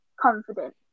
confident